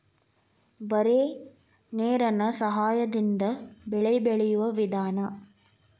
ಬರೇ ನೇರೇನ ಸಹಾದಿಂದ ಬೆಳೆ ಬೆಳಿಯು ವಿಧಾನಾ